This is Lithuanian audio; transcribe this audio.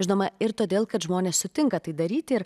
žinoma ir todėl kad žmonės sutinka tai daryti ir